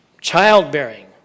Childbearing